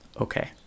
okay